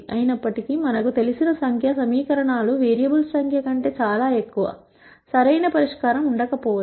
అయినప్పటికీ మనకు తెలిసిన సంఖ్య సమీకరణాలు వేరియబుల్స్ సంఖ్య కంటే చాలా ఎక్కువ సరైన పరిష్కారం ఉండకపోవచ్చు